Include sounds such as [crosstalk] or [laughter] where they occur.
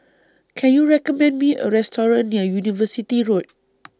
Can YOU recommend Me A Restaurant near University Road [noise]